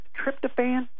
tryptophan